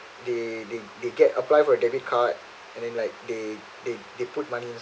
they they they get apply for a debit card and then like they they they put money